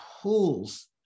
pulls